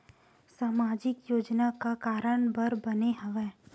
सामाजिक योजना का कारण बर बने हवे?